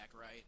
right